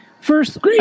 first